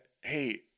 hey